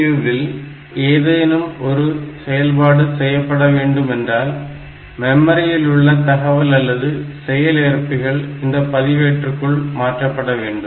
ALU இல் ஏதேனும் ஒரு செயல்பாடு செய்யப்பட வேண்டும் என்றால் மெமரியில் உள்ள தகவல் அல்லது செயல்ஏற்பிகள் இந்த பதிவேட்டிற்குள் மாற்றப்பட வேண்டும்